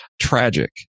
tragic